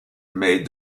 mais